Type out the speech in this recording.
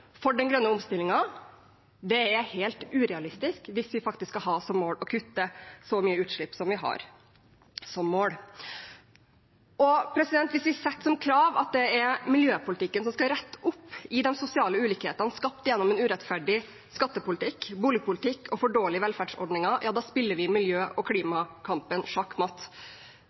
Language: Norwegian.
for den grønne omstillingen er helt urealistisk hvis vi faktisk skal klare å kutte så mye utslipp som vi har som mål. Hvis vi setter som krav at det er miljøpolitikken som skal rette opp i de sosiale ulikhetene skapt gjennom en urettferdig skattepolitikk, boligpolitikk og for dårlige velferdsordninger, spiller vi miljø- og klimakampen